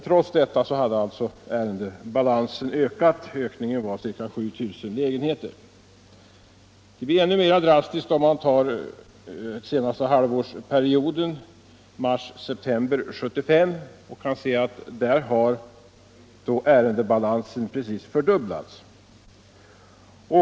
Trots detta hade ärendebalansen ökat med ca 7000 lägenheter. Ökningen ter sig ännu mer drastisk, om man ser på halvårsperioden mars-september 1975; under den tiden har ärendebalansen nämligen precis fördubblats.